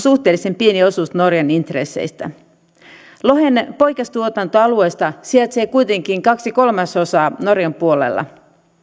suhteellisen pieni osuus norjan intresseistä lohen poikastuotantoalueesta sijaitsee kuitenkin kaksi kolmasosaa norjan puolella